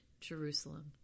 Jerusalem